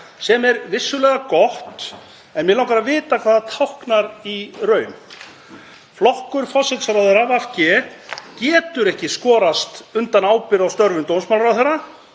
sem er vissulega gott, en mig langar að vita hvað táknar í raun. Flokkur forsætisráðherra, VG, getur ekki skorast undan ábyrgð á störfum dómsmálaráðherra